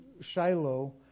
Shiloh